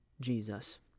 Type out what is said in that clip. Jesus